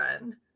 run